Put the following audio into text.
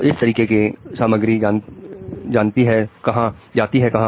इस तरीके की सामग्री जानती है कि कहां